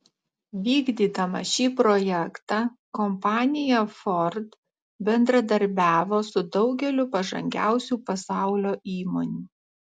vykdydama šį projektą kompanija ford bendradarbiavo su daugeliu pažangiausių pasaulio įmonių